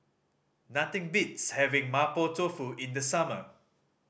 nothing beats having Mapo Tofu in the summer